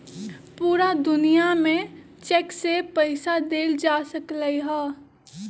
पूरा दुनिया में चेक से पईसा देल जा सकलई ह